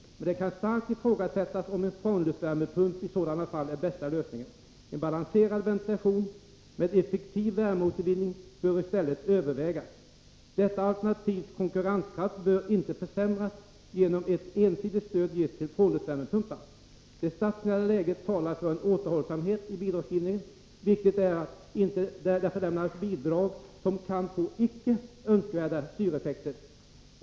Men det kan starkt ifrågasättas om en frånluftsvärmepump i sådana fall är den bästa lösningen. En balanserad ventilation med effektiv värmeåtervinning bör i stället övervägas. Detta alternativs konkurrenskraft bör inte försämras genom att ett ensidigt stöd ges till frånluftsvärmepumpar. Det statsfinansiella läget talar för en återhållsamhet i bidragsgivningen. Viktigt är därför att inte lämna bidrag som kan få icke önskvärda styreffekter.